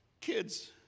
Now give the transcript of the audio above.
kids